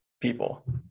people